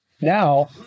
now